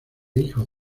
hijos